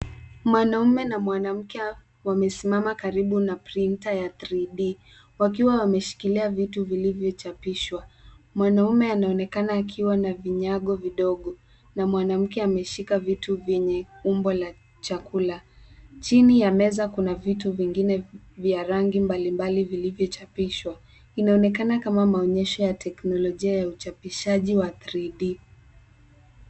Mwanaume na mwanamke wamesimama karibu na printer ya 3D , wakiwa wameshikilia vitu vilivyochapishwa. Mwanaume anaonekana akiwa na vinyago vidogo na mwanamke ameshika vitu vyenye umbo la chakula. Chini ya meza kuna vitu vingine vya rangi mbalimbali vilivyochapishwa. Inaonekana kama maonyesho ya teknolojia ya uchapishaji wa 3D .